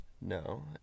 No